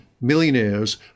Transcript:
millionaires